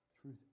Truth